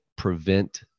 prevent